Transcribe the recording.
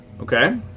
Okay